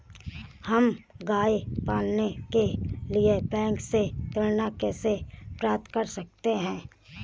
हम गाय पालने के लिए बैंक से ऋण कैसे प्राप्त कर सकते हैं?